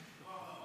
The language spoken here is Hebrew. כמה זמן?